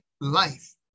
life